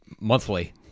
monthly